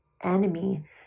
enemy